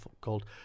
called